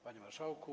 Panie Marszałku!